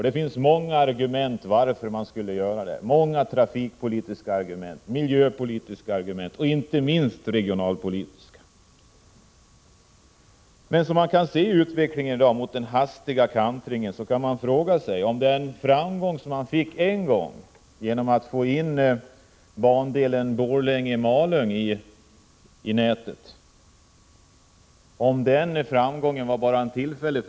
Det finns många argument för att man skall göra det. Många trafikpolitiska argument, miljöpolitiska argument och inte minst regionalpolitiska argument. Med tanke på utvecklingen i dag mot den hastiga kantringen kan vi fråga oss om den framgång man fick en gång genom att ta in bandelen Borlänge-Malung i nätet bara var tillfällig.